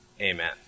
Amen